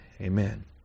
Amen